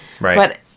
Right